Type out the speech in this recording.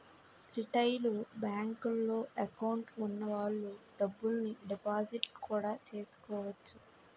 retail బేంకుల్లో account వున్న వాళ్ళు డబ్బుల్ని డిపాజిట్టు కూడా చేసుకోవచ్చు